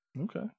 Okay